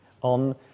on